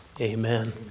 amen